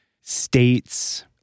states